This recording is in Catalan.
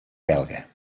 belga